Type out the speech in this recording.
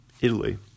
Italy